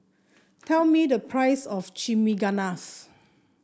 tell me the price of Chimichangas